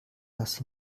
dass